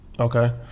Okay